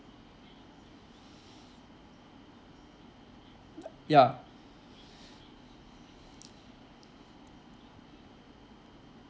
ya